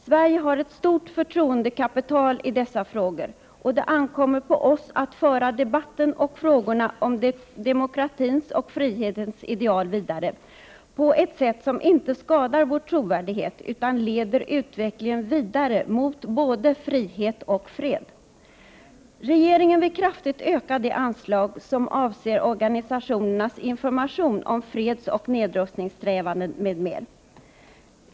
Sverige har ett stort förtroendekapital i dessa frågor, och det ankommer på oss att föra debatten och frågorna om demokratins och frihetens ideal vidare på ett sätt som inte skadar vår trovärdighet utan leder utvecklingen vidare mot både frihet och fred. Regeringen vill kraftigt öka de anslag som avser organisationernas information om fredsoch nedrustningssträvanden m.m.